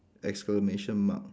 exclamation mark